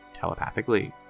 telepathically